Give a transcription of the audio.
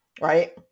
Right